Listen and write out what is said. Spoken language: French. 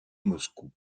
moscou